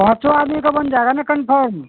پانچوں آدمی کا بن جائے گا نا کنفرم